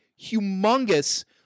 humongous